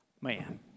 man